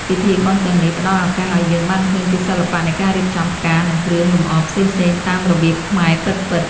ពិធីបុណ្យទាំងនេះផ្តល់ឱកាសឱ្យយើងបានឃើញពីសិល្បៈនៃការរៀបចំផ្កា និងគ្រឿងលម្អផ្សេងៗតាមរបៀបខ្មែរពិតៗ។